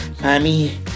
mommy